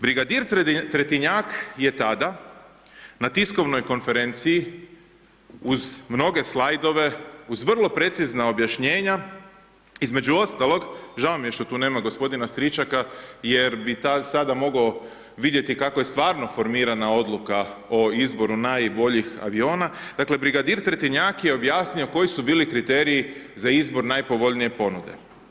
Brigadir Tretinjak je tada na tiskovnoj konferenciji uz mnoge slajdove, uz vrlo precizna objašnjenja između ostalog, žao mi je što tu nema g. Stričaka jer bi sada mogao vidjeti kako je stvarno formirana odluka o izboru najboljih aviona, dakle brigadir Tretinjak je objasnio koji su bili kriteriji za izbor najpovoljnije ponude.